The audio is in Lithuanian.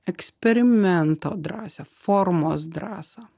eksperimento drąsią formos drąsą